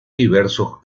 diversos